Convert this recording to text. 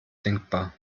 denkbar